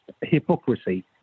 hypocrisy